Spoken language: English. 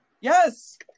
Yes